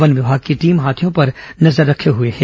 one विभाग की team हाथियों पर नजर रखी हुई है